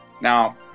Now